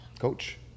coach